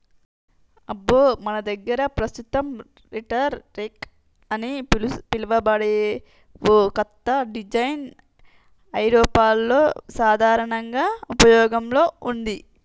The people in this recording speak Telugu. అబ్బో మన దగ్గర పస్తుతం రీటర్ రెక్ అని పిలువబడే ఓ కత్త డిజైన్ ఐరోపాలో సాధారనంగా ఉపయోగంలో ఉంది